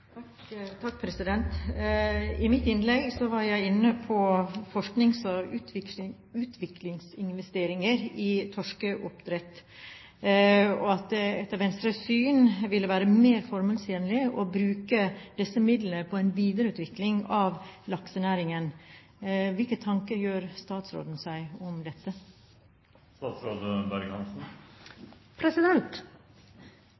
I mitt innlegg var jeg inne på forsknings- og utviklingsinvesteringer i torskeoppdrett, og at det etter Venstres syn ville være mer formålstjenlig å bruke disse midlene på en videreutvikling av laksenæringen. Hvilke tanker gjør statsråden seg om dette?